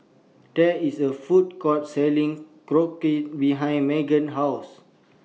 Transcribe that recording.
There IS A Food Court Selling Korokke behind Meagan's House